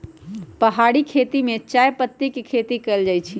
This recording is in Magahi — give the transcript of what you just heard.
पहारि खेती में चायपत्ती के खेती कएल जाइ छै